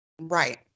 Right